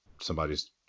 somebody's